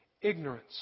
ignorance